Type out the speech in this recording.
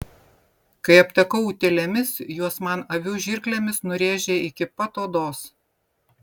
kai aptekau utėlėmis juos man avių žirklėmis nurėžė iki pat odos